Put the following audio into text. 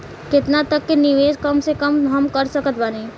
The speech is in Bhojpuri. केतना तक के निवेश कम से कम मे हम कर सकत बानी?